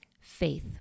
faith